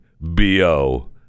BO